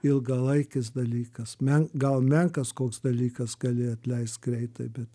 ilgalaikis dalykas men gal menkas koks dalykas gali atleist greitai bet